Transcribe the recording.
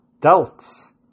doubts